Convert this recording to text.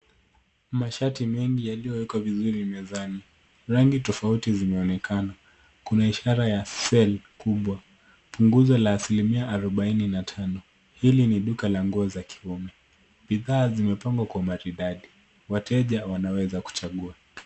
Mashati mengi yaliyowekwa vizuri mezani. Rangi tofauti zimeonekana. Kuna ishara ya sale kubwa. Punguzo la asilimia 45. Hili ni duka la nguo za kiume. Bidhaa zimepangwa kwa umaridadi. Wateja wanaweza kuchagua.